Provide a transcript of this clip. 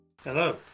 Hello